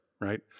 right